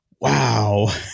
Wow